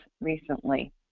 recently